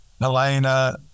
Helena